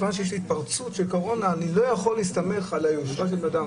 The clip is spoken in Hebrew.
מכיוון שיש התפרצות של קורונה אני לא יכול להסתמך על היושרה של האדם.